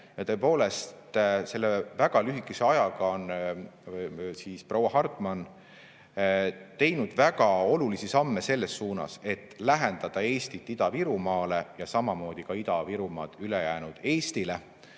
Ja tõepoolest, selle väga lühikese ajaga on proua Hartman teinud väga olulisi samme selles suunas, et lähendada Eestit Ida-Virumaale ja samamoodi ka Ida-Virumaad ülejäänud Eestile.